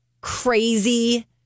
crazy